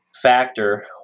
factor